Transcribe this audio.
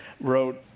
wrote